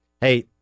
Hey